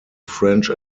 french